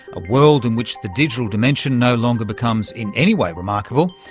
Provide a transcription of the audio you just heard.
a world in which the digital dimension no longer becomes in any way remarkable,